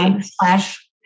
Slash